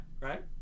right